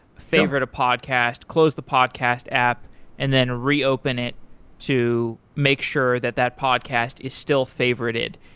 favorite a podcast, close the podcast app and then reopen it to make sure that that podcast is still favorited.